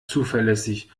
zuverlässig